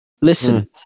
Listen